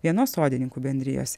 vienos sodininkų bendrijos